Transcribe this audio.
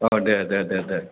औ दे दे दे दे